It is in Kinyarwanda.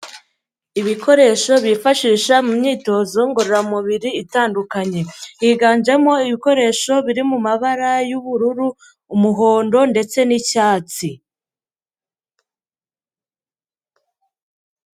Ibikoresho bifashisha mu myitozo ngororamubiri itandukanye. Higanjemo ibikoresho biri mu mabara y'ubururu, umuhondo ndetse n'icyatsi.